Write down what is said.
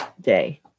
day